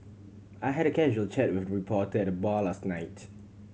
I had a casual chat with a reporter at the bar last night